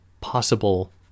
possible